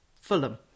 Fulham